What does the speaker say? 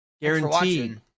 guaranteed